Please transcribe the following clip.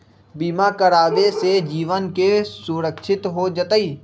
बीमा करावे से जीवन के सुरक्षित हो जतई?